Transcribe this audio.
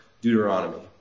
Deuteronomy